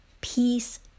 Peace